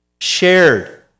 shared